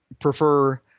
prefer